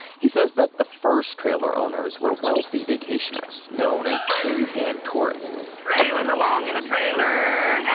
he says that the first trailer owners were wealthy vacationers, known as tin-can tourists trailing along in a trailer,